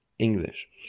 English